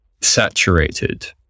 saturated